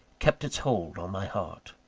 kept its hold on my heart.